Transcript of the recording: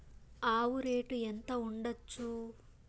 ఆవు రేటు ఎంత ఉండచ్చు?